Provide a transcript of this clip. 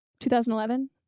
2011